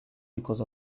because